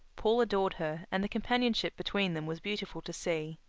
paul adored her, and the companionship between them was beautiful to see.